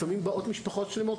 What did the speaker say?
לפעמים באות משפחות שלמות,